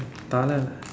தலையிலே:thalaiyilee